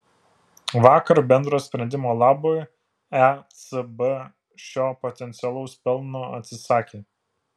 vakar bendro sprendimo labui ecb šio potencialaus pelno atsisakė